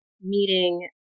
meeting